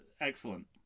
excellent